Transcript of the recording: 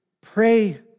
pray